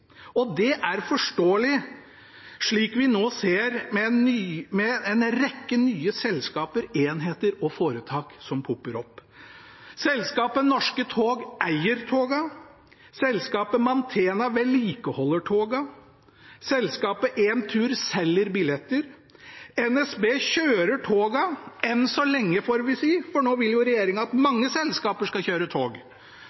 og det er forståelig, slik vi nå ser, med en rekke nye selskaper, enheter og foretak som popper opp. Selskapet Norske Tog eier togene. Selskapet Mantena vedlikeholder togene. Selskapet Entur selger billetter. NSB kjører togene – enn så lenge får vi si, for nå vil jo regjeringen at